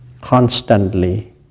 constantly